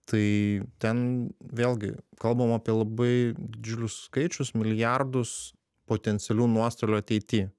tai ten vėlgi kalbam apie labai didžiulius skaičius milijardus potencialių nuostolių ateity